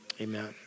Amen